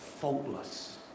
faultless